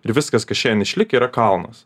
ir viskas kas šiandien išlikę yra kalnas